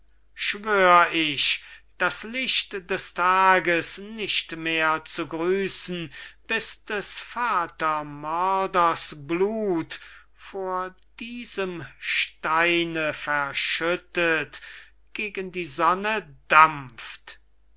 schwör ich das licht des tages nicht mehr zu grüssen bis des vater mörders blut vor diesem steine verschüttet gegen die sonne dampft